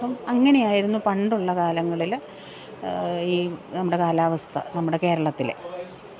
അപ്പം അങ്ങനെയായിരുന്നു പണ്ടുള്ള കാലങ്ങളിൽ ഈ നമ്മുടെ കാലാവസ്ഥ നമ്മുടെ കേരളത്തിലെ